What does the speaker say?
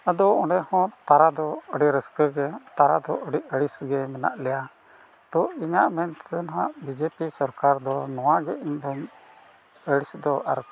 ᱟᱫᱚ ᱚᱸᱰᱮ ᱦᱚᱸ ᱛᱟᱨᱟ ᱫᱚ ᱟᱹᱰᱤ ᱨᱟᱹᱥᱠᱟᱹ ᱜᱮ ᱛᱟᱨᱟ ᱫᱚ ᱟᱹᱰᱤ ᱟᱹᱲᱤᱥ ᱜᱮ ᱢᱮᱱᱟᱜ ᱞᱮᱭᱟ ᱛᱚ ᱤᱧᱟᱹᱜ ᱢᱮᱱᱛᱮ ᱫᱚ ᱱᱟᱜ ᱵᱤᱡᱮ ᱯᱤ ᱥᱚᱨᱠᱟᱨ ᱫᱚ ᱱᱚᱣᱟ ᱜᱮ ᱤᱧ ᱫᱚᱧ ᱟᱹᱲᱤᱥ ᱫᱚ ᱟᱨᱚ